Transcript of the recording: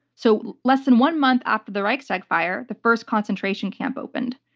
so, less than one month after the reichstag fire, the first concentration camp opened.